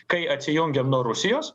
kai atsijungiam nuo rusijos